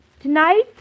Tonight